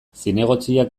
zinegotziak